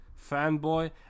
fanboy